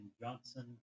Johnson